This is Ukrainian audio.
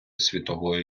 світової